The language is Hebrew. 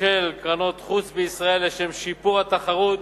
של קרנות חוץ בישראל לשם שיפור התחרות